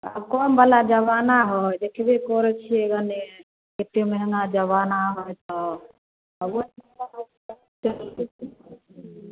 आब कम बला जबाना हय देखबे करैत छियै भन्ने कतेक महङ्गा जबाना हए तऽ आ ओहि चलबैत छियै की